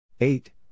eight